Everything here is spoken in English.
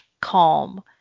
calm